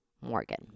Morgan